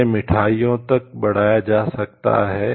इसे मिठाइयों तक बढ़ाया जा सकता है